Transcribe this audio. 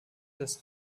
des